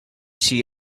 she